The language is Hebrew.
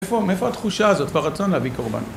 מאיפה, מאיפה התחושה הזאת והרצון להביא קורבן?